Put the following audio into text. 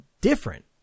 different